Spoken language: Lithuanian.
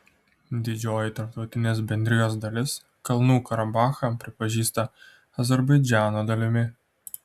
didžioji tarptautinės bendrijos dalis kalnų karabachą pripažįsta azerbaidžano dalimi